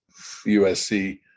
USC